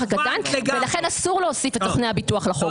הקטן ולכן אסור להוסיף את סוכני הביטוח לחוק.